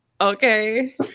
okay